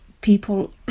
people